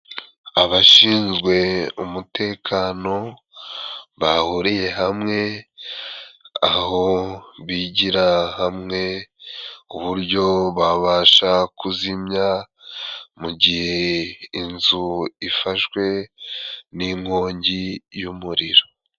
Abashinzwe umutekano bahuriye hamwe aho bigira hamwe ku buryo babasha kuzimya mu gihe inzu ifashwe n'inkongi y'umuriro.